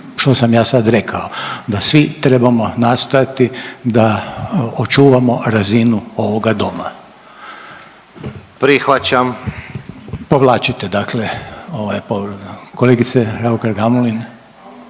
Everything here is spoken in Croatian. što sam ja sada rekao, da svi trebamo nastojati da očuvamo razinu ovoga doma. …/Upadica Ivanović: Prihvaćam/…. Povlačite dakle ovaj povredu. Kolegice Raukar Gamulin?